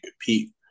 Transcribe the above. compete